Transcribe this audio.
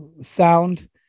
sound